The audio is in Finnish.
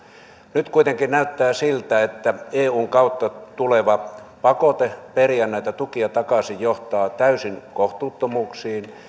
nyt kuitenkin näyttää siltä että eun kautta tuleva pakote periä näitä tukia takaisin johtaa täysin kohtuuttomuuksiin